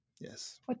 Yes